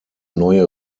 neue